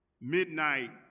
Midnight